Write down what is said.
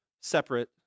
separate